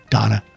Donna